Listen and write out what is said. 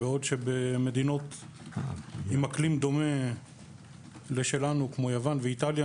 שבמדינות עם אקלים דומה לשלנו כמו יוון ואיטליה,